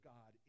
God